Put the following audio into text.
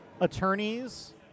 attorneys